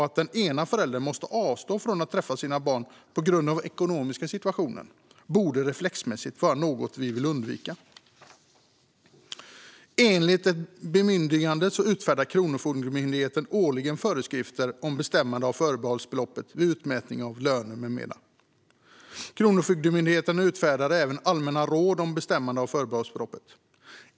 Att den ena föräldern måste avstå från att träffa sina barn på grund av den ekonomiska situationen borde reflexmässigt vara något vi vill undvika. Enligt ett bemyndigande utfärdar Kronofogdemyndigheten årligen föreskrifter om bestämmande av förbehållsbeloppet vid utmätning av löner med mera. Kronofogdemyndigheten utfärdar även allmänna råd om bestämmande av förbehållsbeloppet.